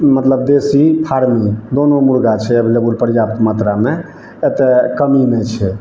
मतलब देशी फार्मी दोनो मुर्गा छै एबलेबुल पर्याप्त मात्रामे एतऽ कमी नहि छै